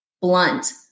blunt